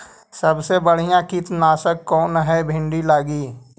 सबसे बढ़िया कित्नासक कौन है भिन्डी लगी?